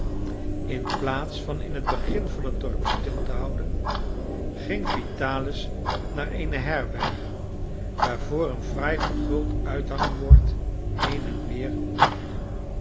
af inplaats van in het begin van het dorp stil te houden ging vitalis naar eene herberg waarvoor een fraai verguld uithangbord heen-en-weer bengelde